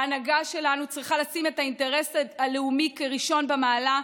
ההנהגה שלנו צריכה לשים את האינטרס הלאומי כראשון במעלה,